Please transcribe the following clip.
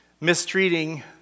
mistreating